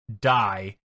Die